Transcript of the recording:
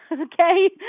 okay